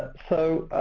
so,